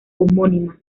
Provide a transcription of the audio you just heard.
homónima